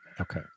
okay